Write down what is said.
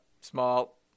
small